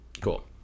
Cool